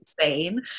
insane